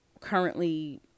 currently